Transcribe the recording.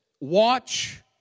watch